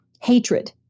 hatred